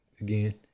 again